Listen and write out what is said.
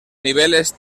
niveles